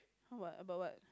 what about what